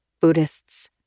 Buddhists